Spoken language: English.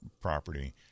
property